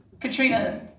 Katrina